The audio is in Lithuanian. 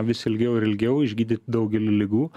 vis ilgiau ir ilgiau išgydyt daugelį ligų